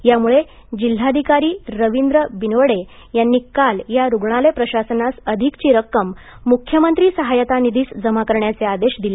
त्यामुळे जिल्हाधिकारी रवींद्र बिनवडे यांनी काल या रुग्णालय प्रशासनास अधिकची रक्कम मुख्यमंत्री सहाय्यता निधीस जमा करण्याचे आदेश दिले